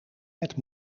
met